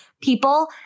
people